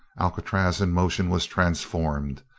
alcatraz in motion was transformed,